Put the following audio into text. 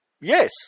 Yes